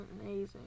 amazing